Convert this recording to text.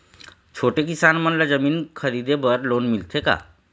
छोटे किसान मन ला जमीन खरीदे बर लोन मिलथे का?